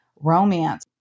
romance